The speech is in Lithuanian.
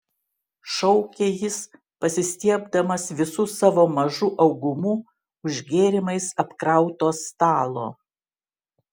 šaukė jis pasistiebdamas visu savo mažu augumu už gėrimais apkrauto stalo